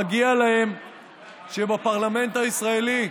מגיע לו שבפרלמנט הישראלי,